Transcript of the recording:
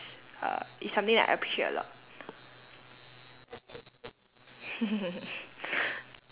uh is something that I appreciate a lot